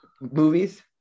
movies